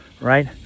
right